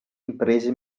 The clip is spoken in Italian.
imprese